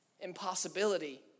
impossibility